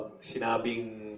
sinabing